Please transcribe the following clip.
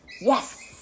Yes